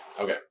okay